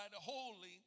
holy